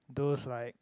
those like